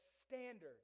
standard